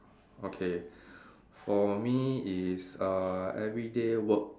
okay for me is uh everyday work